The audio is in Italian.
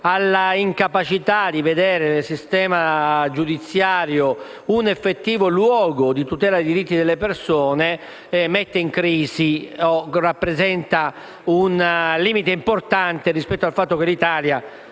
all'incapacità di vedere nel sistema giudiziario un effettivo luogo di tutela dei diritti delle persona - mette in crisi o rappresenta un limite importante rispetto al fatto che l'Italia